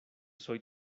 soy